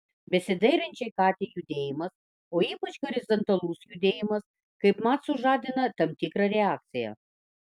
besidairančiai katei judėjimas o ypač horizontalus judėjimas kaipmat sužadina tam tikrą reakciją